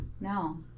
No